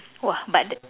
!wah! but